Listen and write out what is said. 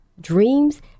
dreams